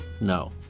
no